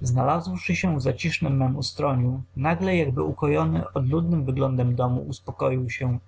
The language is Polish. znalazłszy się w zacisznem mem ustroniu nagle jakby ukojony odludnym wyglądem domu uspokoił się